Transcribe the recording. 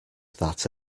that